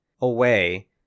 away